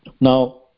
Now